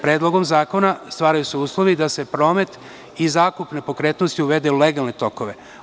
Predlogom zakona stvaraju se uslovi da se promet i zakup nepokretnosti uvede u legalne tokove.